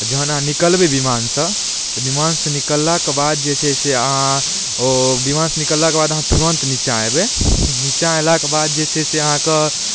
अओर जहन अहाँ निकलबै विमानसँ तऽ विमानसँ निकललाके बाद जे छै से अहाँ ओ विमानसँ निकललाके बाद अहाँ तुरन्त निचाँ अएबै निचाँ अएलाके बाद जे छै से अहाँके